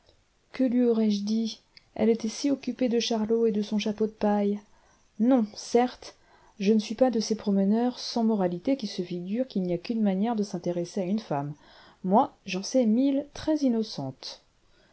que lui aurais-je dit elle était si occupée de charlot et de son chapeau de paille non certes je ne suis pas de ces promeneurs sans moralité qui se figurent qu'il n'y a qu'une manière de s'intéresser à une femme moi j'en sais mille très innocentes